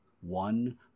One